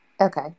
Okay